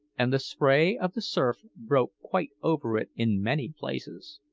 and the spray of the surf broke quite over it in many places.